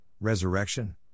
resurrection